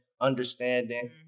understanding